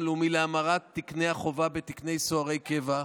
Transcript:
לאומי להמרת תקני החובה בתקני סוהרי קבע,